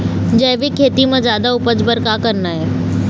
जैविक खेती म जादा उपज बर का करना ये?